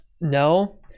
No